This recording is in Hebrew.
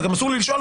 וגם אסור לי לשאול,